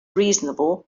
reasonable